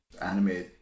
Anime